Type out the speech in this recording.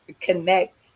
connect